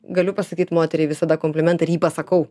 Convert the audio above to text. galiu pasakyt moteriai visada komplimentą ir jį pasakau